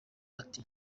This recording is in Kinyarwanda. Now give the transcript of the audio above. ati